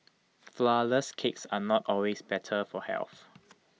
Flourless Cakes are not always better for health